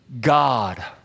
God